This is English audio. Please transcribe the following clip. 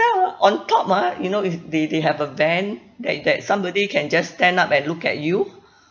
ah on top mah you know if they they have a vent that that somebody can just stand up and look at you